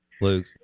Luke